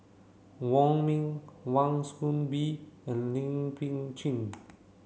Wong Ming Wan Soon Bee and Lin Pin Chin